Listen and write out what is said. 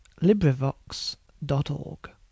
LibriVox.org